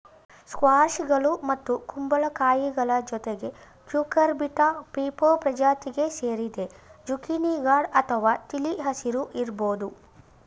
ಸ್ಕ್ವಾಷ್ಗಳು ಮತ್ತು ಕುಂಬಳಕಾಯಿಗಳ ಜೊತೆಗೆ ಕ್ಯೂಕರ್ಬಿಟಾ ಪೀಪೊ ಪ್ರಜಾತಿಗೆ ಸೇರಿದೆ ಜುಕೀನಿ ಗಾಢ ಅಥವಾ ತಿಳಿ ಹಸಿರು ಇರ್ಬೋದು